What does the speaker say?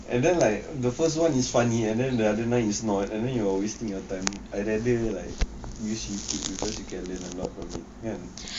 and then like the first one is funny and then the other nine is not and then you are wasting your time I rather like use youtube because you can learn a lot from it